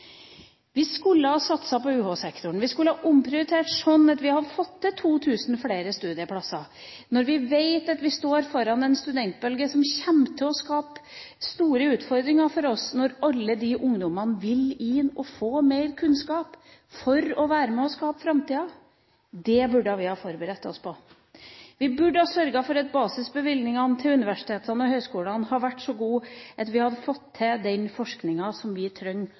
Vi skulle ha satset på UH-sektoren, der vi skulle ha omprioritert sånn at vi hadde fått 2 000 flere studieplasser, når vi vet at vi står foran en studentbølge som kommer til å skape store utfordringer for oss ved at alle disse ungdommene vil inn og få mer kunnskap for å være med og skape framtida. Det burde vi ha forberedt oss på. Vi burde ha sørget for at basisbevilgningene til universitetene og høyskolene var så gode at vi hadde fått til den forskninga som vi